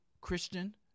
Christian